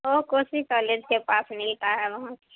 وہ کوسی کالج کے پاس ملتا ہے وہاں